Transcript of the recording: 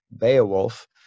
Beowulf